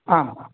आम्